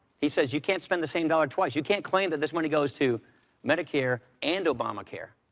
he says you can't spend the same dollar twice. you can't claim that this money goes to medicare and obamacare.